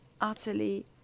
utterly